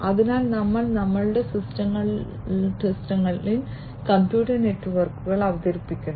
അതിനാൽ ഞങ്ങൾ ഞങ്ങളുടെ സിസ്റ്റങ്ങളിൽ കമ്പ്യൂട്ടർ നെറ്റ്വർക്കുകൾ അവതരിപ്പിക്കുന്നു